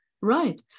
right